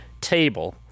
table